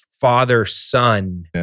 father-son